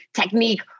technique